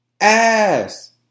Ass